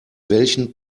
welchen